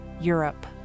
Europe